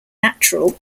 natural